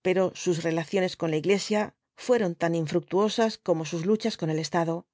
pero sus relaciones con la iglesia fueron tan infructuosas como sus luchas con el estado